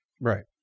Right